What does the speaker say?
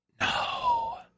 No